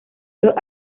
los